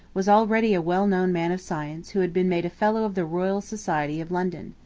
was already a well-known man of science who had been made a fellow of the royal society of london.